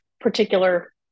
particular